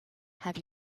have